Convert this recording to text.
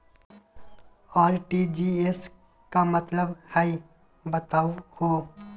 RTGS के का मतलब हई, बताहु हो?